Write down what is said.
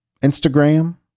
Instagram